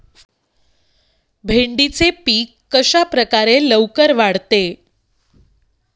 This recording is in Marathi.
भेंडीचे पीक कशाप्रकारे लवकर वाढते?